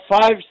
five